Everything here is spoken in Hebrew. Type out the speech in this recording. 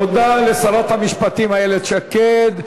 תודה לשרת המשפטים איילת שקד.